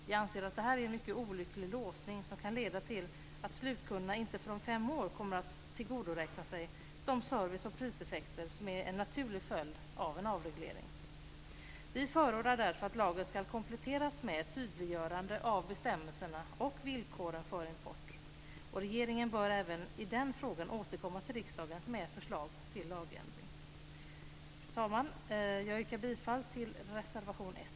Vi anser att detta är en mycket olycklig låsning som kan leda till att slutkunderna inte förrän om fem år kommer att kunna tillgodoräkna sig de service och priseffekter som är en naturlig följd av en avreglering. Vi förordar därför att lagen ska kompletteras med ett tydliggörande av bestämmelserna och villkoren för import. Regeringen bör även i den frågan återkomma till riksdagen med förslag till lagändring. Fru talman! Jag yrkar bifall till reservation 1.